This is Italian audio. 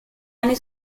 anni